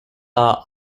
are